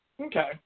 Okay